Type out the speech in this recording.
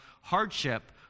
hardship